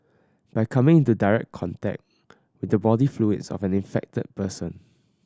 by coming into direct contact with the body fluids of an infected person